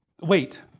wait